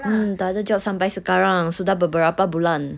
mm tak ada job sampai sekarang sudah beberapa bulan